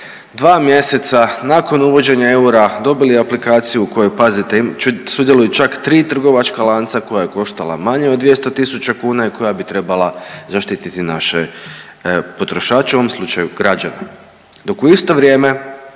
2 mjeseca nakon uvođenja eura dobili aplikaciju koju, pazite, sudjeluju čak 3 trgovačka lanca koja je koštala manje od 200 tisuća kuna i koja bi trebala zaštititi naše potrošače, u ovom slučaju građana. Dok u isto vrijeme